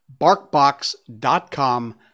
BarkBox.com